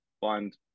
find